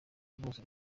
rwose